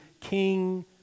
king